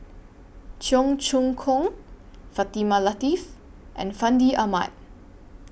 Cheong Choong Kong Fatimah Lateef and Fandi Ahmad